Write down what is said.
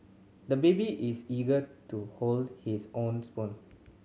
the baby is eager to hold his own spoon